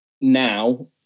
now